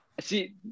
See